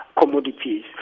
commodities